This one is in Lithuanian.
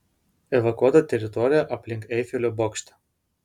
evakuota teritorija aplink eifelio bokštą